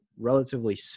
relatively